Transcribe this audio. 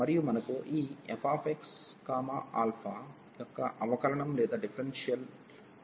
మరియు మనకు ఈ fxαయొక్క అవకలనం లేదా డిఫరెన్షియల్ ఉంటుంది